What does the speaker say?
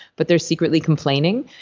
but they're secretly complaining.